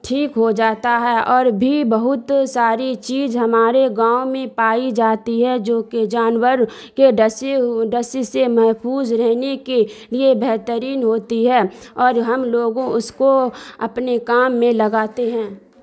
ٹھیک ہو جاتا ہے اور بھی بہت ساری چیز ہمارے گاؤں میں پائی جاتی ہیں جوکہ جانور کے ڈنسے ہوئے ڈنس سے محفوظ رہنے کے لیے بہترین ہوتی ہے اور ہم لوگوں اس کو اپنے کام میں لگاتے ہیں